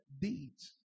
deeds